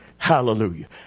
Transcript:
Hallelujah